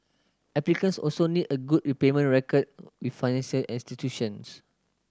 applicants also need a good repayment record with financial institutions